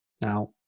Now